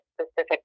specific